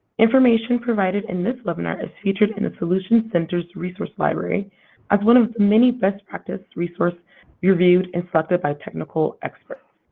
information provided in this webinar is featured in the solutions center resource library as one of many best practice resources reviewed and selected by technical experts.